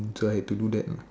so I had to do that